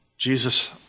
Jesus